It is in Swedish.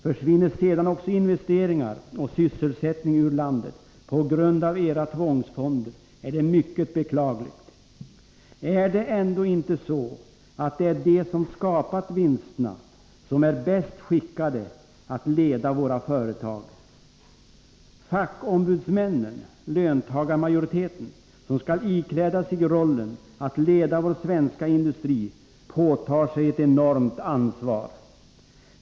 Försvinner sedan också investeringar och sysselsättning ur landet, på grund av era tvångsfonder, är det mycket beklagligt. Är det ändå inte så, att det är de som skapat vinsterna som är bäst skickade att leda våra företag? Fackombudsmännen, löntagarmajoriteten, som skall ikläda sig rollen att leda vår svenska industri påtar sig ett enormt ansvar.